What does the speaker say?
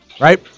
Right